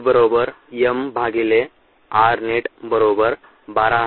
t m rnet 1200015